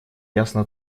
ясно